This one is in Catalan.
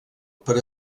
per